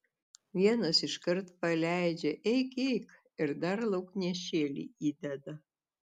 vienos iškart paleidžia eik eik ir dar lauknešėlį įdeda